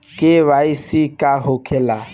KYC का होखेला?